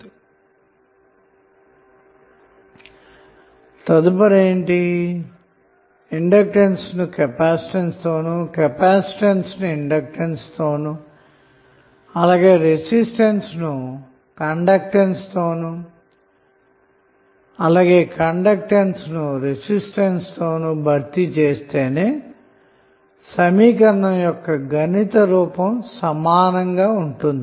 vlcsnap 2019 08 31 18h46m01s515 తరువాత ఇండక్టెన్స్ను capacitance తోను కెపాసిటెన్స్ ను ఇండక్టెన్స్ తోను రెసిస్టెన్స్ ను కండక్టెన్స్ తోను కండక్టెన్స్ ను రెసిస్టెన్స్ తోను భర్తీ చేస్తేనే సమీకరణం యొక్క గణిత రూపం సమానంగా ఉంటుంది